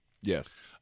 Yes